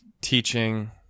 teaching